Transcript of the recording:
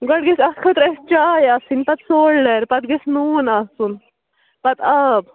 گۄڈٕ گژھِ اَتھ خٲطرٕ اَسہِ چاے آسٕنۍ پَتہٕ سولڈَر پَتہٕ گژھِ نوٗن آسُن پَتہٕ آب